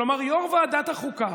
כלומר, יו"ר ועדת החוקה